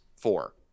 four